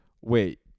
wait